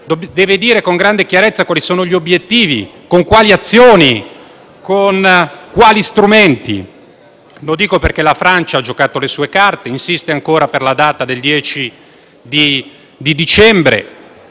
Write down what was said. Deve dire con grande chiarezza quali sono gli obiettivi, con quali azioni e quali strumenti. Lo dico perché la Francia ha giocato le sue carte e insiste ancora per la data del 10 dicembre;